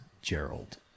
Gerald